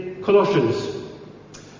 Colossians